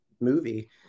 movie